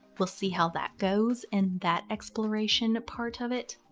we'll see how that goes in that exploration part of it.